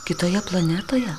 kitoje planetoje